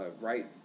right